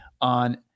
on